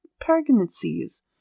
pregnancies